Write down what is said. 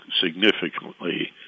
significantly